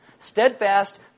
Steadfast